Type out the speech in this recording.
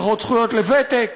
פחות זכויות לוותק,